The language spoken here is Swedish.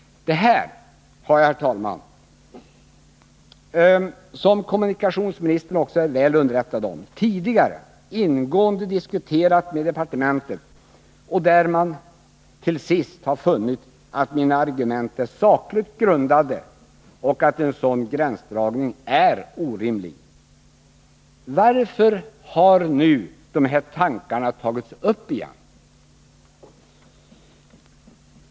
Det här har jag, som kommunikationsministern är väl underrättad om, tidigare ingående diskuterat med departementet, och där har man till sist funnit att mina argument är sakligt grundade och att en sådan gränsdragning är orimlig. Varför har nu de här tankarna tagits upp igen?